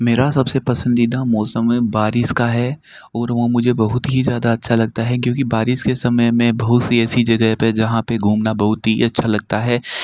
मेरा सबसे पसंदीदा मौसम है बारिश का है और वह मुझे बहुत ही ज़्यादा अच्छा लगता है क्योंकि बारिश के समय में बहुत सी ऐसी जगह पर जहाँ पर घूमना बहुत ही अच्छा लगता है